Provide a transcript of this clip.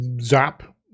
Zap